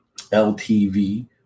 LTV